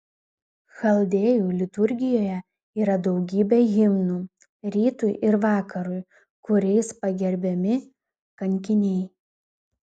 chaldėjų liturgijoje yra daugybė himnų rytui ir vakarui kuriais pagerbiami kankiniai